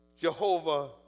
Jehovah